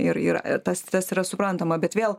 ir ir tas tas yra suprantama bet vėl